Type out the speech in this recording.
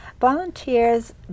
Volunteers